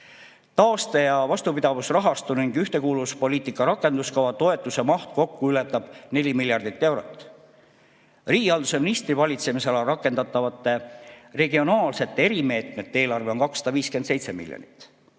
Taaste- ja vastupidavusrahastu ning ühtekuuluvuspoliitika rakenduskava toetuse maht kokku ületab 4 miljardit eurot. Riigihalduse ministri valitsemisalas rakendatavate regionaalsete erimeetmete eelarve on 257 miljonit.